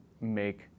make